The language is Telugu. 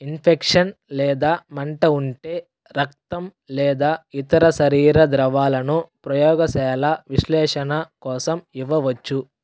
ఇన్ఫెక్షన్ లేదా మంట ఉంటే రక్తం లేదా ఇతర శరీర ద్రవాలను ప్రయోగశాల విశ్లేషణ కోసం ఇవ్వవచ్చు